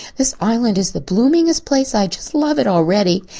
this island is the bloomiest place. i just love it already,